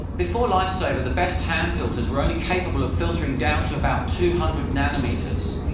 before lifesaver, the best hand filters were only capable of filtering down to about two hundred nanometers.